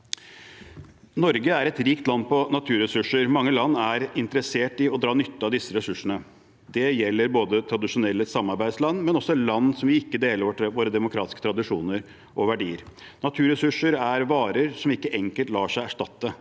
Norge er et land rikt på naturressurser. Mange land er interessert i å dra nytte av disse ressursene. Det gjelder både tradisjonelle samarbeidsland og også land som ikke deler våre demokratiske tradisjoner og verdier. Naturressurser er varer som ikke enkelt lar seg erstatte.